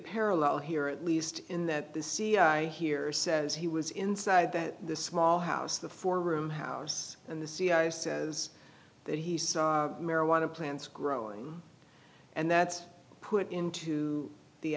parallel here at least in that the see here says he was inside that the small house the four room house and the c e o says that he saw marijuana plants growing and that's put into the